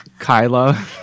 Kyla